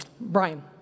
Brian